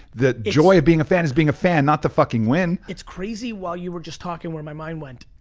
the joy of being a fan is being a fan, not the fucking win. it's crazy, while you were just talking, where my mind went.